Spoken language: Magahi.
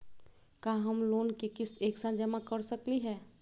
का हम लोन के किस्त एक साथ जमा कर सकली हे?